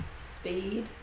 speed